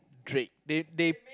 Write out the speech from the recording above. Drake they they